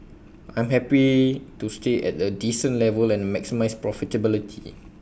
I'm happy to stay at A decent level and maximise profitability